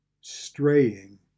straying